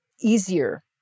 easier